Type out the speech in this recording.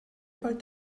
bald